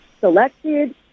selected